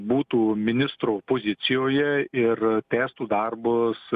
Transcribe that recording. būtų ministro pozicijoje ir tęstų darbus